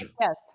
Yes